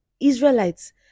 Israelites